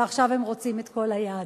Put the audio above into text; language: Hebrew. ועכשיו הם רוצים את כל היד.